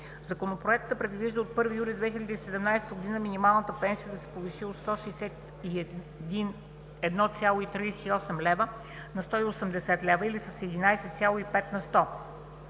Законопроектът предвижда от 1 юли 2017 г. минималната пенсия да се повиши от 161,38 лв. на 180 лв., или с 11,5 на сто,